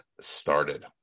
started